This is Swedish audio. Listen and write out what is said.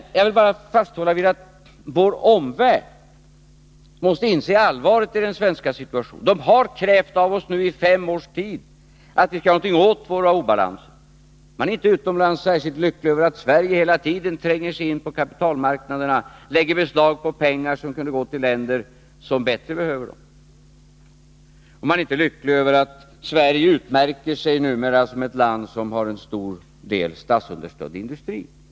Men jag vill hålla fast vid att vår omvärld måste inse allvaret i den svenska situationen. Man har krävt av oss i fem års tid att vi skall göra någonting åt våra obalanser. Man är utomlands inte särskilt lycklig över att Sverige hela tiden tränger sig in på kapitalmarknaderna och lägger beslag på pengar som kunde gå till länder som bättre behöver dem. Man är inte heller lycklig över Nr 35 att Sverige numera utmärker sig som ett land som har en stor del statsunderstödd industri.